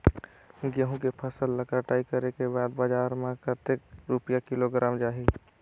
गंहू के फसल ला कटाई करे के बाद बजार मा कतेक रुपिया किलोग्राम जाही?